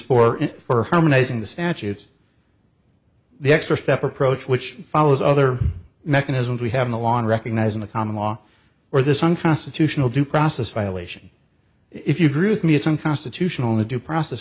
it for harmonizing the statutes the extra step approach which follows other mechanisms we have the law in recognizing the common law or this unconstitutional due process violation if you prove me it's unconstitutional to due process